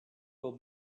will